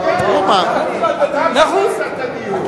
לא, אתה פתחת את הדיון.